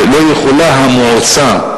יכולה המועצה,